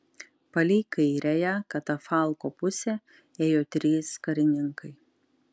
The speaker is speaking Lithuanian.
palei kairiąją katafalko pusę ėjo trys karininkai